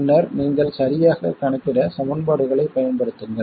பின்னர் நீங்கள் சரியாக கணக்கிட சமன்பாடுகளை பயன்படுத்துங்கள்